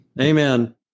Amen